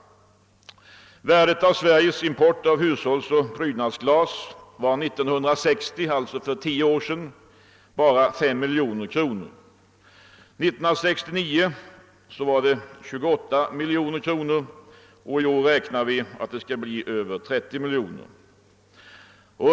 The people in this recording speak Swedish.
Värdet av Sveriges import av hushållsoch prydnadsglas var 1960 — alltså för 10 år sedan — bara 5 miljoner kronor. 1969 uppgick importen till 28 miljoner kronor och i år beräknas den uppgå till över 30 miljoner kronor.